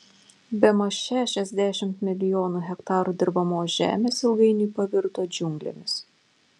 bemaž šešiasdešimt milijonų hektarų dirbamos žemės ilgainiui pavirto džiunglėmis